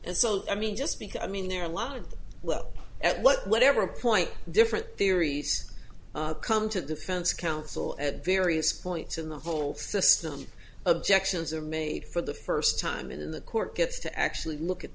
and so i mean just because i mean there are a lot of well at whatever point different theories come to defense counsel at various points in the whole system objections are made for the first time in the court gets to actually look at